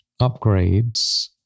upgrades